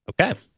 Okay